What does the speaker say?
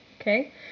Okay